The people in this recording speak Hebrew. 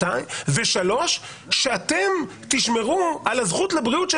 וכן שאתם תשמרו על הזכות לבריאות של